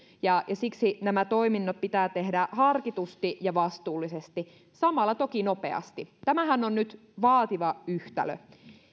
ja siksi nämä toiminnot pitää tehdä harkitusti ja vastuullisesti samalla toki nopeasti tämähän on nyt vaativa yhtälö